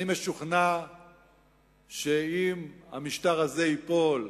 אני משוכנע שאם המשטר הזה ייפול,